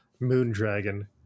Moondragon